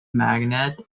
magnate